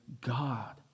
God